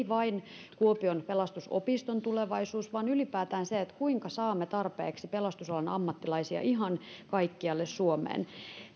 vain kuopion pelastusopiston tulevaisuus vaan ylipäätään se kuinka saamme tarpeeksi pelastusalan ammattilaisia ihan kaikkialle suomeen